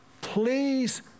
Please